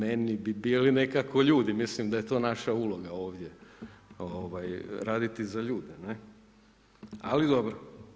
Meni bi bili nekako ljudi, mislim da je to naša uloga ovdje raditi za ljude, ali dobro.